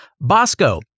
Bosco